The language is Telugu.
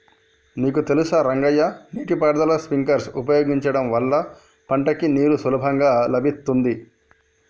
నీకు తెలుసా రంగయ్య నీటి పారుదల స్ప్రింక్లర్ ఉపయోగించడం వల్ల పంటకి నీరు సులభంగా లభిత్తుంది